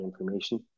information